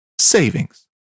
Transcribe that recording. savings